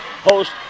host